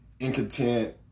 incontent